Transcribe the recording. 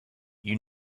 you